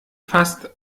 fast